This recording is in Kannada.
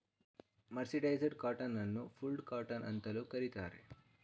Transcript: ಮರ್ಸಿಡೈಸಡ್ ಕಾಟನ್ ಅನ್ನು ಫುಲ್ಡ್ ಕಾಟನ್ ಅಂತಲೂ ಕರಿತಾರೆ